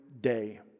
day